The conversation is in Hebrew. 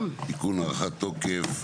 (תיקון הארכת תוקף),